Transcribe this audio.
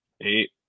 eight